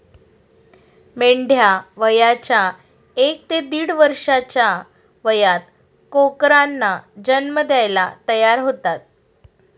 मेंढ्या वयाच्या एक ते दीड वर्षाच्या वयात कोकरांना जन्म द्यायला तयार होतात